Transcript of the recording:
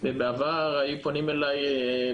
שיש בו אופיאטים וסמים מקיר לקיר,